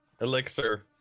Elixir